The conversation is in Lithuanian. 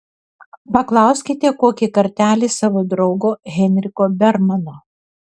paklauskite kokį kartelį savo draugo heinricho bermano